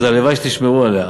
הלוואי שתשמרו עליה.